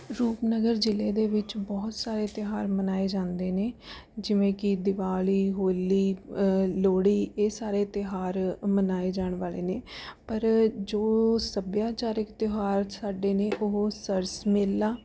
ਰੂਪਨਗਰ ਜ਼ਿਲ੍ਹੇ ਦੇ ਵਿੱਚ ਬਹੁਤ ਸਾਰੇ ਤਿਉਹਾਰ ਮਨਾਏ ਜਾਂਦੇ ਨੇ ਜਿਵੇਂ ਕਿ ਦੀਵਾਲੀ ਹੋਲੀ ਅ ਲੋਹੜੀ ਇਹ ਸਾਰੇ ਤਿਉਹਾਰ ਮਨਾਏ ਜਾਣ ਵਾਲੇ ਨੇ ਪਰ ਜੋ ਸੱਭਿਆਚਾਰਕ ਤਿਉਹਾਰ ਸਾਡੇ ਨੇ ਉਹ ਸਰਸ ਮੇਲਾ